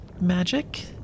magic